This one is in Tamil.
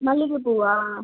மல்லிகைப்பூவா